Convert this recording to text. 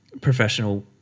professional